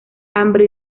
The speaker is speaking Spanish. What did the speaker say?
hambre